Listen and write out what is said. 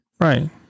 Right